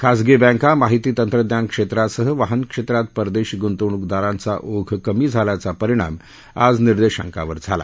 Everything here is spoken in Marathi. खाजगी बँका माहिती तंत्रज्ञान क्षेत्रासह वाहन क्षेत्रात परदेशी गूंतवणूकदारांचा ओघ कमी झाल्याचा परिणाम आज निर्देशांकावर झाला